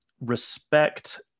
respect